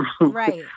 Right